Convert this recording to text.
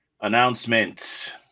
announcement